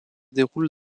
déroule